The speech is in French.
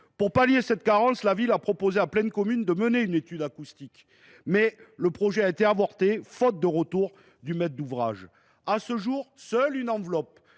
Pour pallier cette carence, la ville a proposé à Plaine Commune de mener une étude acoustique, mais le projet a avorté, faute de retour du maître d’ouvrage. À ce jour, seule une enveloppe